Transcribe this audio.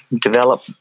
develop